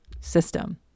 system